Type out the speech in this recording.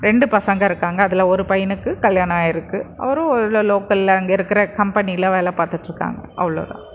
ரெண்டு பசங்க இருக்காங்க அதில் ஒரு பையனுக்கு கல்யாணம் ஆயிருக்கு அவரும் ஒரு இதில் லோக்கலில் அங்கே இருக்கிற கம்பெனியில் வேலைப் பார்த்துட்ருக்காங்க அவ்வளோதான்